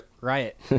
riot